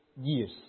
years